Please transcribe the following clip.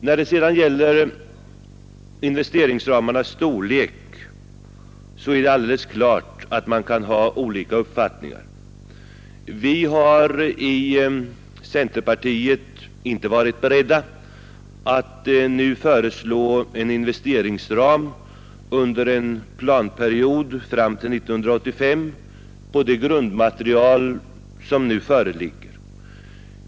När det sedan gäller investeringsramarnas storlek är det alldeles klart att man kan ha olika uppfattningar. Vi har i centerpartiet inte varit beredda att föreslå en investeringsram under en planperiod fram till 1985 på det grundmaterial som nu föreligger.